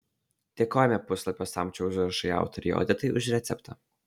dėkojame puslapio samčio užrašai autorei odetai už receptą